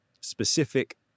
specific